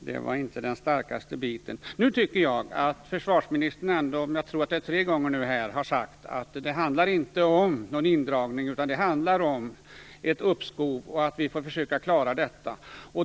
detta inte var den starkaste biten. Jag tror att det är minst tre gånger som försvarsministern nu har sagt att det inte handlar om någon indragning utan att det handlar om ett uppskov och att vi får försöka klara detta.